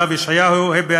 הרב ישעיהו הבר,